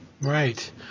Right